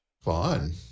fun